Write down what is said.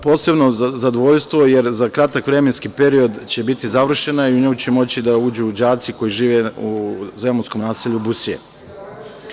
Posebno mi je zadovoljstvo jer za kratak vremenski period će biti završena i u nju će moći da uđu đaci koji žive u zemunskom naselju Busije.